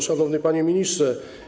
Szanowny Panie Ministrze!